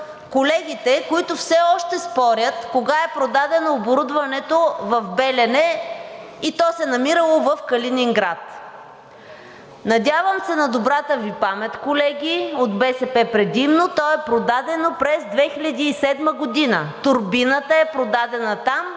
колегите, които все още спорят кога е продадено оборудването в „Белене“ и то се намирало в Калининград. Надявам се на добрата Ви памет, колеги от БСП предимно, то е продадено през 2007 г., турбината е продадена там